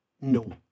No